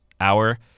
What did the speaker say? hour